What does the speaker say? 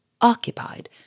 occupied